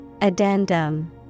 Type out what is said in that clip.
Addendum